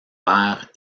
père